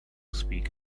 speak